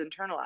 internalized